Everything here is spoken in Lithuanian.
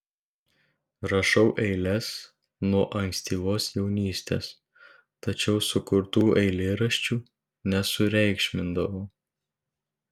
rašau eiles nuo ankstyvos jaunystės tačiau sukurtų eilėraščių nesureikšmindavau